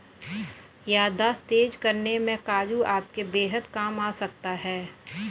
याददाश्त तेज करने में काजू आपके बेहद काम आ सकता है